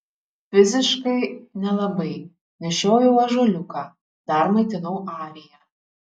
fiziškai nelabai nešiojau ąžuoliuką dar maitinau ariją